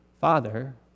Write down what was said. Father